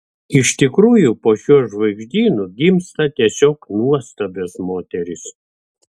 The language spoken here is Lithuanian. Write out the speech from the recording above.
iš tikrųjų po šiuo žvaigždynu gimsta tiesiog nuostabios moterys